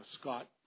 Scott